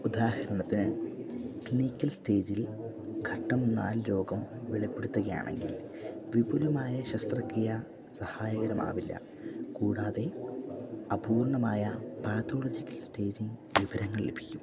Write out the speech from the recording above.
ഉദാഹരണത്തിന് ക്ലിനിക്കൽ സ്റ്റേജിൽ ഘട്ടം നാല് രോഗം വെളിപ്പെടുത്തുകയാണെങ്കിൽ വിപുലമായ ശസ്ത്രക്രിയ സഹായകരമാവില്ല കൂടാതെ അപൂർണ്ണമായ പാത്തോളജിക്കൽ സ്റ്റേജിംഗ് വിവരങ്ങൾ ലഭിക്കും